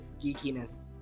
geekiness